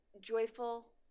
joyful